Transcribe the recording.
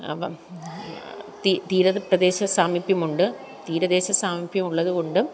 അപ്പം തീര പ്രദേശ സാമീപ്യമുണ്ട് തീരദേശ സാമിപ്യമുള്ളത് കൊണ്ടും